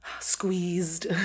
squeezed